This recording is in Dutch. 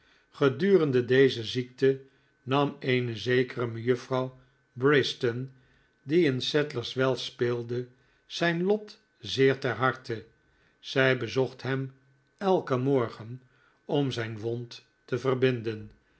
gedurende deze ziekte nam eene zekere mejufvrouw briston die in sadlers wells speelde zijn lot zeer ter harte zij bezocht hem elken morgen om zijn wond te verbinden